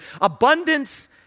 Abundance